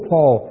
Paul